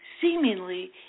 seemingly